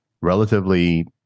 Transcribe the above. relatively